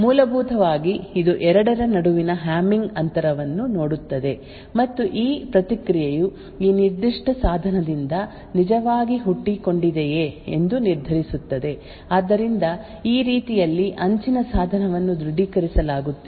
ಮೂಲಭೂತವಾಗಿ ಇದು ಎರಡರ ನಡುವಿನ ಹ್ಯಾಮಿಂಗ್ ಅಂತರವನ್ನು ನೋಡುತ್ತದೆ ಮತ್ತು ಈ ಪ್ರತಿಕ್ರಿಯೆಯು ಈ ನಿರ್ದಿಷ್ಟ ಸಾಧನದಿಂದ ನಿಜವಾಗಿ ಹುಟ್ಟಿಕೊಂಡಿದೆಯೇ ಎಂದು ನಿರ್ಧರಿಸುತ್ತದೆ ಆದ್ದರಿಂದ ಈ ರೀತಿಯಲ್ಲಿ ಅಂಚಿನ ಸಾಧನವನ್ನು ದೃಢೀಕರಿಸಲಾಗುತ್ತದೆ